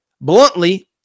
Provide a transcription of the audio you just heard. bluntly